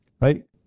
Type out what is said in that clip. Right